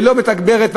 ולא מתגברת,